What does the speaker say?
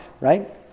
right